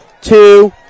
two